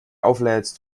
auflädst